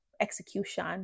execution